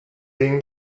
being